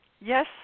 Yes